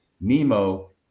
Nemo